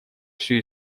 всю